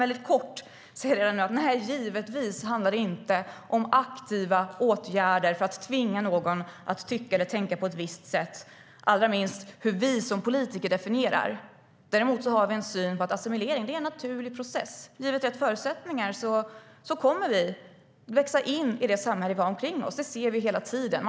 Men givetvis handlar det inte om aktiva åtgärder för att tvinga någon att tycka eller tänka på ett visst sätt, allra minst hur vi som politiker definierar saker och ting. Däremot har vi en syn på att assimilering är en naturlig process. Givet rätt förutsättningar kommer vi att växa in i det samhälle vi har omkring oss. Det ser vi hela tiden.